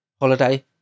holiday